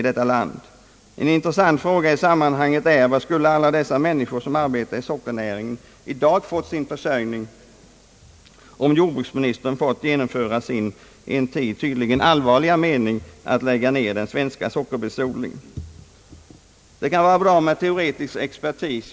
En intressant fråga i sammanhanget är: Var skulle alla dessa människor som arbetar i sockernäringen i dag ha fått sin försörjning, om jordbruksministern fått genomföra sin en tid tydligen allvarliga mening att lägga ner den svenska sockerbetsodlingen? Det kan vara bra med teoretisk expertis.